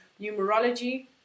numerology